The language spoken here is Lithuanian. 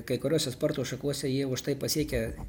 kai kuriose sporto šakose jie už tai pasiekia